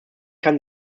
kann